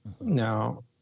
Now